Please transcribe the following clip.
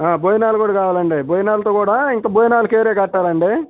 భోజనాలు కూడా కావాలండి భోజనాలతో కూడా ఇంకా భోజనాలకి వేరే కట్టాలాండి